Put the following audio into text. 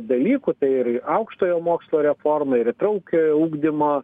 dalykų tai ir aukštojo mokslo reforma ir įtraukiojo ugdymo